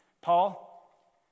Paul